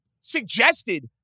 suggested